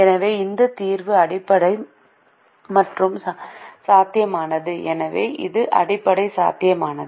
எனவே இந்த தீர்வு அடிப்படை மற்றும் சாத்தியமானது எனவே இது அடிப்படை சாத்தியமானது